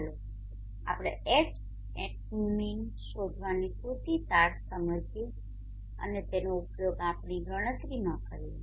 ચાલો આપણે Hatmin શોધવાની સૂચિતાર્થ સમજીએ અને તેનો ઉપયોગ આપણી ગણતરીમાં કરીએ